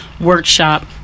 workshop